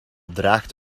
draagt